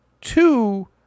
Two